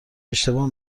اشتباه